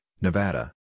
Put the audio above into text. Nevada